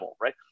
right